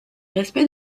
respect